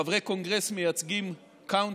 חברי קונגרס מייצגים county,